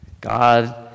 God